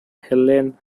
helen